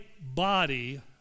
body